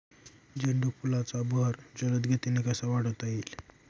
झेंडू फुलांचा बहर जलद गतीने कसा वाढवता येईल?